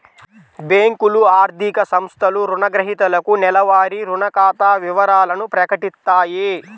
బ్యేంకులు, ఆర్థిక సంస్థలు రుణగ్రహీతలకు నెలవారీ రుణ ఖాతా వివరాలను ప్రకటిత్తాయి